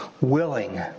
willing